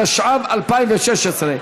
התשע"ו 2016,